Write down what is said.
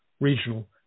regional